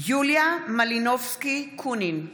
יוליה מלינובסקי קונין,